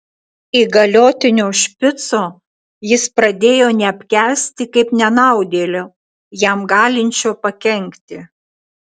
įgaliotinio špico jis pradėjo neapkęsti kaip nenaudėlio jam galinčio pakenkti